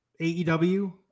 AEW